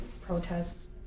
protests